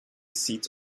seat